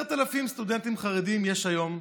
10,000 סטודנטים חרדים יש היום,